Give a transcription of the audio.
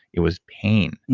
it was pain.